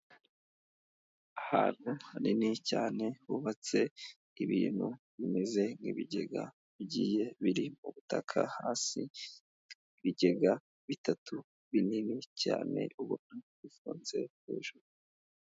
Ahantu hanini cyane hubatse ibintu bimeze nk'ibigega bigiye biri mu butaka hasi, ibigega bitatu binini cyane ubona bifunze hejuru.